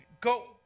go